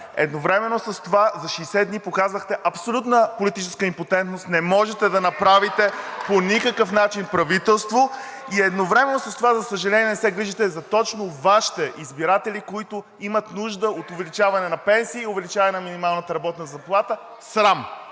едновременно с това за 60 дни показахте абсолютна политическа импотентност – не можете да направите по никакъв начин правителство, и едновременно с това, за съжаление, не се грижите точно за Вашите избиратели, които имат нужда от увеличаване на пенсии и увеличаване на минималната работна заплата. Срам!